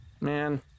Man